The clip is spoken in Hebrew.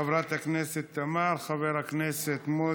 חברת הכנסת תמר,